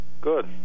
Good